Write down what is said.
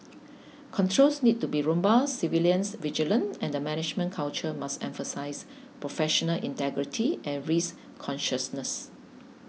controls need to be robust surveillance vigilant and the management culture must emphasize professional integrity and risk consciousness